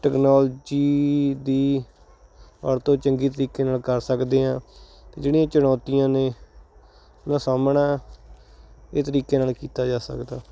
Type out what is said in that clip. technology ਦੀ ਵਰਤੋਂ ਚੰਗੇ ਤਰੀਕੇ ਨਾਲ ਕਰ ਸਕਦੇ ਹਾਂ ਜਿਹੜੀਆਂ ਚੁਣੌਤੀਆਂ ਨੇ ਉਹਦਾ ਸਾਮਣਾ ਇਹ ਤਰੀਕੇ ਨਾਲ ਕੀਤਾ ਜਾ ਸਕਦਾ